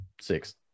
six